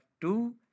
two